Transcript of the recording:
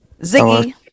Ziggy